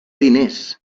diners